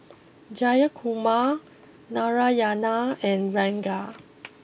Jayakumar Narayana and Ranga